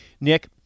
Nick